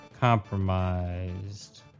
Compromised